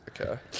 Okay